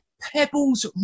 pebbles